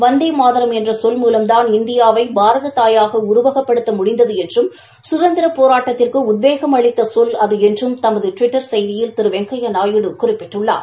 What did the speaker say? வந்தே மாதரம் என்ற சொல் மூலம்தாள் இந்தியாவை பாரத தாயாக உருவகப்படுத்த முடிந்தது என்றும் சுதந்திரப் போராட்டத்திற்கு உத்வேகம் அளித்த சொல் அது என்றும் தமது டுவிட்டா செய்தியில் திரு வெங்கையா நாயுடு குறிப்பிட்டுள்ளார்